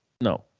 no